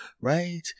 Right